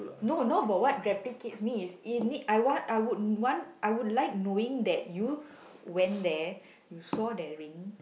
no no about what replicates me is it need I want I would want I would like knowing that you went there you saw that ring